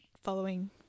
following